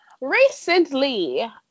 recently